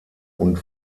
und